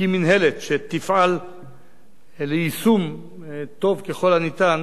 הקים מינהלת שתפעל ליישום טוב ככל הניתן